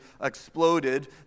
exploded